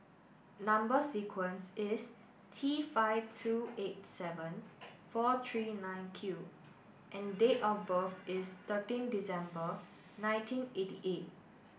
number sequence is T five two eight seven four three nine Q and date of birth is thirteen December nineteen eighty eight